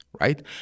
right